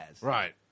Right